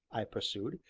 i pursued,